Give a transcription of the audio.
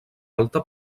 alta